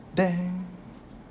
damn